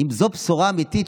אם זו בשורה אמיתית,